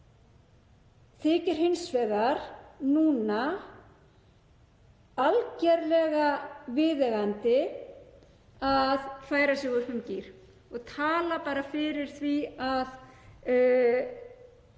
þykir hins vegar núna algerlega viðeigandi að skipta um gír og tala bara fyrir því að